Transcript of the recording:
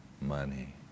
Money